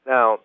Now